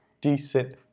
decent